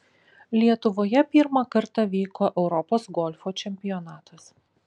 lietuvoje pirmą kartą vyko europos golfo čempionatas